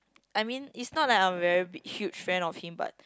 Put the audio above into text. I mean it's not like I'm a very big huge fan of him but